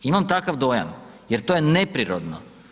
Imam takav dojam jer to je neprirodno.